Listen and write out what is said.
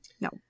No